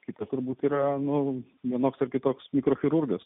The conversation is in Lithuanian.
kiti turbūt yra nu vienoks ar kitoks mikrochirurgas